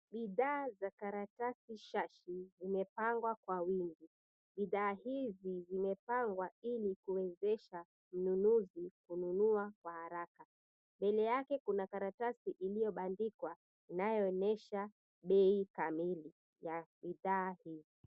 Bidhaa za karatasi shashi zimepangwa kwa wingi. Bidhaa hizi zimepangwa ili kuwezesha mnunuzi kununua kwa haraka. Mbele yake kuna karatasi iliyobandikwa inayoonyesha bei kamili ya bidhaa hizi.